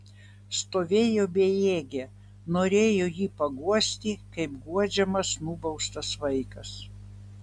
stovėjo bejėgė norėjo jį paguosti kaip guodžiamas nubaustas vaikas